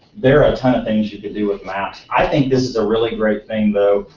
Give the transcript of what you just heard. there are tons of things you can do with maps. i think this is a really great thing though.